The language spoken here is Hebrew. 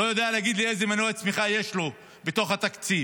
הוא לא יודע להגיד לי איזה מנוע צמיחה יש לו בתוך התקציב,